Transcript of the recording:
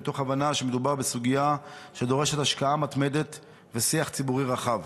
מתוך הבנה שמדובר בסוגיה שדורשת השקעה מתמדת ושיח ציבורי רחב.